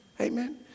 Amen